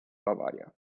bavaria